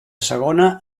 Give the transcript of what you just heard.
segona